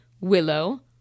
Willow